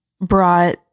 brought